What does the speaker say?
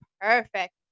perfect